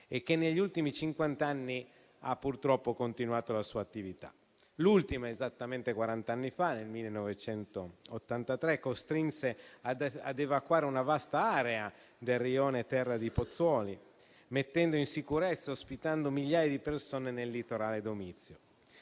e che negli ultimi cinquant'anni ha purtroppo continuato la sua attività. L'ultima, esattamente quarant'anni fa, nel 1983, costrinse a evacuare una vasta area del rione Terra di Pozzuoli, mettendo in sicurezza e ospitando migliaia di persone nel litorale domizio.